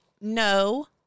no